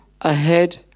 Ahead